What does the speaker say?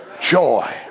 Joy